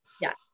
Yes